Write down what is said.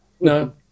No